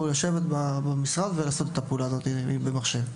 לשבת במשרד ולעשות את הפעולה הזו במחשב.